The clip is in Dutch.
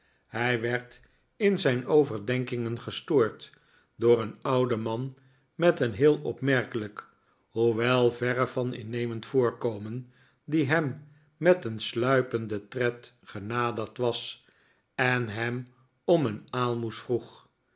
hij werd in zijn overdenkingen gestoord door een ouden man met een heel opmerkelijk hoewel verre van innemend voorkomen die hem met een sluipenden tred genaderd was en hem om een aalmoes vroeg